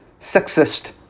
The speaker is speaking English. sexist